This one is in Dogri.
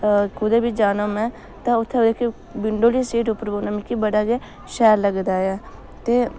कुदै बी जाना होऐ में तां उत्थें विंडो आह्ली सीट उप्पर बौह्ने मिकी बड़ा गै शैल लगदा ऐ ते